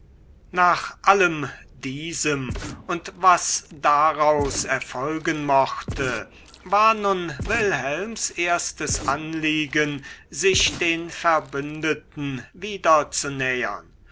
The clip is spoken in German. nach allem diesem und was daraus erfolgen mochte war nun wilhelms erstes anliegen sich den verbündeten wieder zu nähern